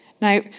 now